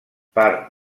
part